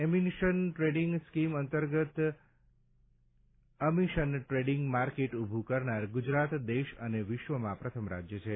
emission trading scheme અંતર્ગત emission trading market ઉભુ કરનાર ગુજરાત દેશ અને વિશ્વમાં પ્રથમ રાજ્ય છે